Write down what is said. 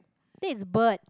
this is bird